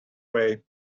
way